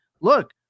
Look